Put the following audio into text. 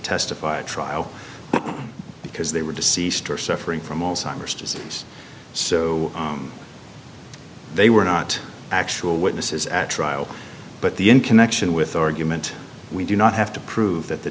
testify at trial because they were deceased or suffering from alzheimer's disease so they were not actual witnesses at trial but the in connection with argument we do not have to prove that the